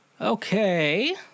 Okay